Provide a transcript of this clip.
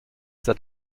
that